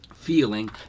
feeling